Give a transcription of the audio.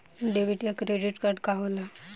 Debit या credit card का होला?